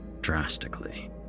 drastically